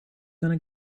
gonna